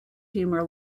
humor